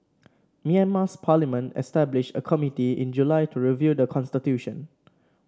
Myanmar's parliament established a committee in July to review the constitution